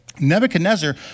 Nebuchadnezzar